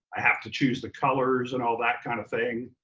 i have to choose the colors and all that kind of thing.